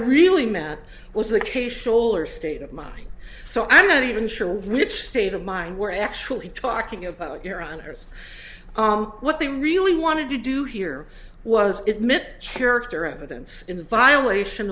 really meant was the case scholer state of mind so i'm not even sure which state of mind we're actually talking about your honor it's what they really wanted to do here was it mitt character evidence in violation